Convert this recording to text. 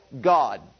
God